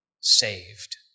saved